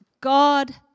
God